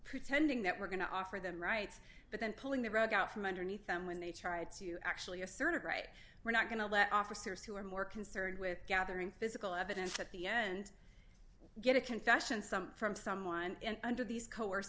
pretending that we're going to offer them rights but then pulling the rug out from underneath them when they try to actually assert it right we're not going to let officers who are more concerned with gathering physical evidence at the end get a confession something from someone and under these coerc